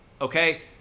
Okay